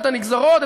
את הנגזרות,